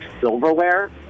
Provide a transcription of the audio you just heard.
silverware